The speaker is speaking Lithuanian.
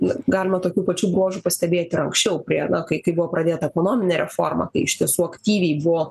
na galima tokių pačių bruožų pastebėti ir anksčiau prie na kai buvo pradėta ekonominė reforma kai iš tiesų aktyviai buvo